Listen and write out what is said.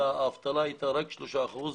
האבטלה הייתה רק שלושה אחוזים.